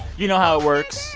you know how it works.